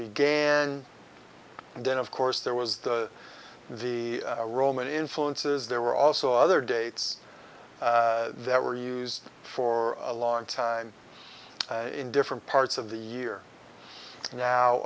began and then of course there was the the roman influences there were also other dates that were used for a long time in different parts of the year now